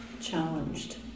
challenged